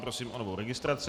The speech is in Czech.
Prosím o novou registraci.